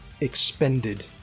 expended